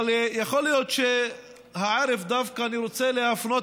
אבל יכול להיות שהערב אני רוצה להפנות